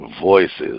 Voices